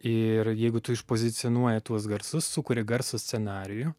ir jeigu tu iš pozicionuoji tuos garsus sukuri garso scenarijų